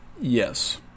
Yes